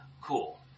cool